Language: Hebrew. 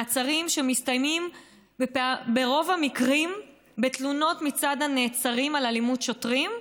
מעצרים שמסתיימים ברוב המקרים בתלונות מצד הנעצרים על אלימות שוטרים,